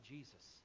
Jesus